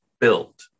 built